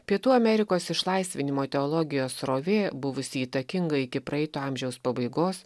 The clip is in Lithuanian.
pietų amerikos išlaisvinimo teologijos srovė buvusi įtakinga iki praeito amžiaus pabaigos